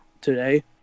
today